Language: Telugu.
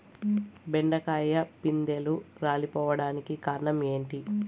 బెండకాయ పిందెలు రాలిపోవడానికి కారణం ఏంటి?